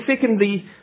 secondly